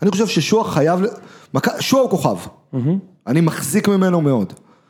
אני חושב ששוח חייב... שוח הוא כוכב. אני מחזיק ממנו מאוד.